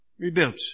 Rebuilt